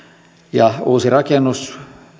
ja uusi rakennus